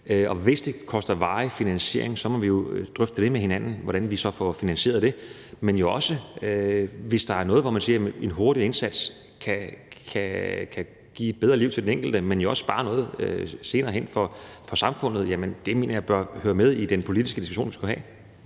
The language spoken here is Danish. Og hvis det kræver en varig finansiering, må vi jo drøfte med hinanden, hvordan vi så får finansieret det. Men hvis der er noget, hvor man siger, at en hurtig indsats kan give et bedre liv til den enkelte, men også vil kunne spare samfundet for noget senere hen, så mener jeg, at det må høre med i den politiske diskussion, vi skal have.